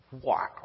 wow